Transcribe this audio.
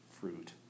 fruit